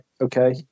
okay